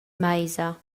meisa